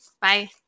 Bye